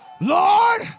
Lord